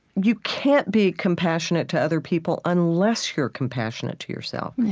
you can't be compassionate to other people unless you're compassionate to yourself.